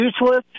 useless